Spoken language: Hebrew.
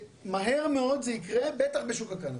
ומהר מאוד זה יקרה, בטח בשוק קטן.